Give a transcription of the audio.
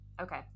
okay